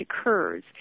occurs